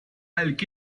get